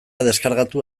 deskargatu